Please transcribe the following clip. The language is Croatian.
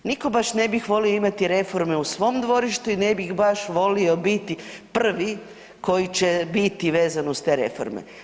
Niko baš ne bih volio imati reforme u svom dvorištu i ne bih baš volio biti prvi koji će biti vezan uz te reforme.